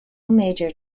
major